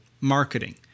marketing